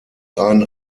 einen